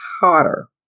hotter